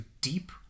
deep